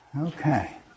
Okay